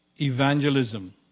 evangelism